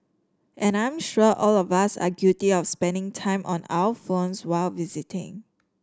and I'm sure all of us are guilty of spending time on our phones while visiting